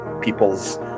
people's